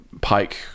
Pike